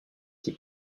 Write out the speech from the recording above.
qui